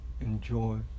enjoy